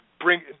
bring